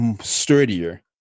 sturdier